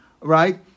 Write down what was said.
right